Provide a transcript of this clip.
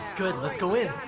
good, let's go in.